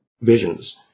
visions